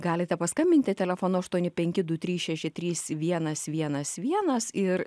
galite paskambinti telefonu aštuoni penki du trys šeši trys vienas vienas vienas ir